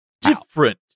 Different